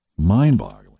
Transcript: Mind-boggling